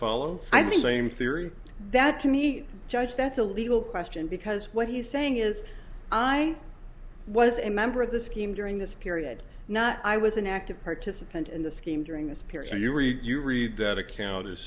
same theory that to me judge that's a legal question because what he's saying is i was a member of the scheme during this period not i was an active participant in the scheme during this period so you read you read that account